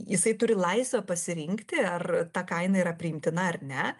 jisai turi laisvę pasirinkti ar ta kaina yra priimtina ar ne